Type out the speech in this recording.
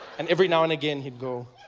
and every now and again, he'd go